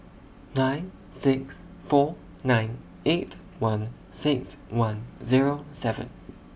nine six four nine eight one six one Zero seven